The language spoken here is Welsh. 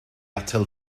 atal